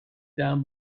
down